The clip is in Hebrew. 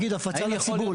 נגיד הפצה לציבור.